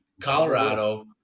Colorado